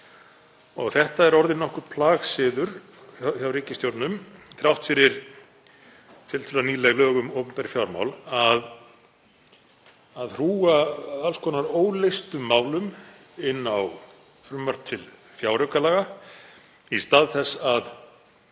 Það er orðinn nokkur plagsiður hjá ríkisstjórnum, þrátt fyrir tiltölulega nýleg lög um opinber fjármál, að hrúga alls konar óleystum málum inn á frumvarp til fjáraukalaga í stað þess að